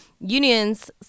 Unions